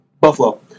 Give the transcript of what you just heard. Buffalo